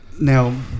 Now